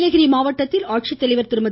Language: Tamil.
நீலகிரி மாவட்டத்தில் ஆட்சித்தலைவர் திருமதி